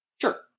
Sure